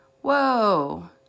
whoa